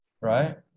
right